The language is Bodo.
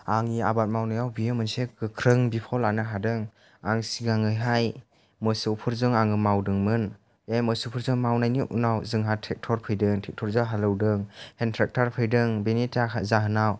आंनि आबाद मावनायाव बियो मोनसे गोख्रों बिफाव लानो हादों आं सिगाङावहाय मोसौफोरजों आं मावदोंमोन बे मोसौफोरजों मावनायनि उनाव जोंहा ट्रेक्टर फैदों ट्रेक्टरजों हालौदों एन ट्रेक्टर फैदों बेनि थाखाय जाहोनाव